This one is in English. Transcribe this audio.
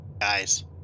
Guys